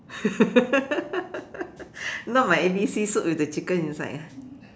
not my A_B_C soup with the chicken inside ah